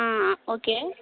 okay